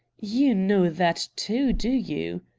you know that, too, do you?